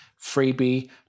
freebie